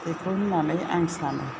बेखौ होननानै आं सानो